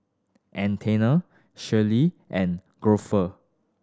Anthena Shirlee and Grover